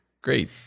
Great